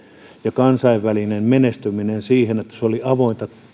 ja kansainvälinen menestyminen perustuivat siihen että se oli avointa